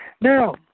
Now